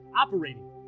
operating